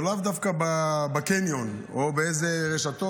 לאו דווקא קניון או איזשהן רשתות,